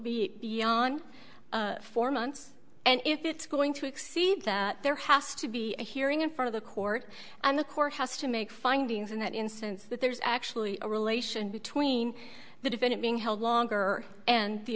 beyond four months and if it's going to exceed that there has to be a hearing in front of the court and the court has to make findings in that instance that there's actually a relation between the defendant being held longer and the